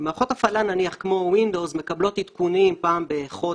מערכות הפעלה כמו ווינדוס מקבלות עדכונים פעם בחודש.